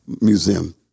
Museum